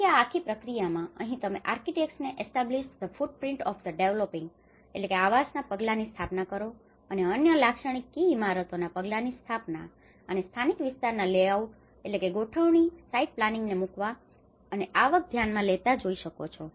તેથી આ આખી પ્રક્રિયામાં અહીં તમે આર્કિટેક્ટ્સને establish the footprint of the dwelling establish the footprints of the dwellings આવાસોના પગલાની સ્થાપના કરો અને અન્ય લાક્ષણિક કી ઇમારતોના પગલાની સ્થાપના અને સ્થાનિક વિસ્તારના લેઆઉટ layoutગોઠવણી સાઇટ પ્લાનિંગને મૂકવા અને આવક ધ્યાનમાં લેતા જોઈ શકો છો